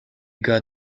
got